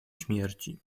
śmierci